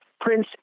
Prince